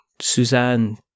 Suzanne